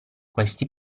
questi